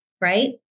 Right